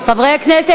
ומשפט.